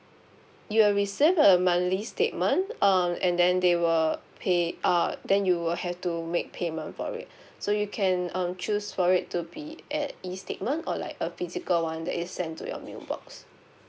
you will receive a monthly statement um and then they will pay uh then you will have to make payment for it so you can um choose for it to be an E statement or like a physical one that is sent to your mailbox